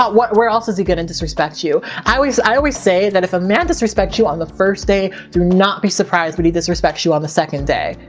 what, where else is he gonna disrespect you? i always, i always say that if a man disrespects you on the first day, do not be surprised when he disrespects you on the second day.